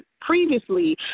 previously